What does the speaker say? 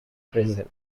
prison